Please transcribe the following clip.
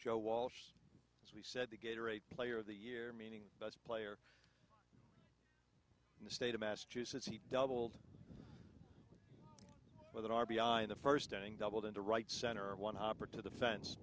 joe walsh as we said the gator a player of the year meaning best player in the state of massachusetts he doubled with an r b i in the first inning doubled into right center one hopper to the fence